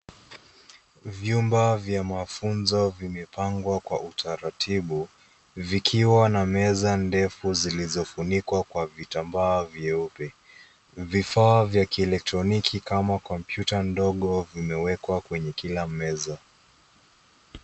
Vyumba cha mafunzo vimepangwa kwa utaratibu vikiwa na meza ndefu zilizofunikwa kwa vitambaa vyeupe. Vifaa vya kieletroniki kama kompyuta ndogo vimewekwa kwenye kila meza.